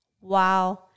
Wow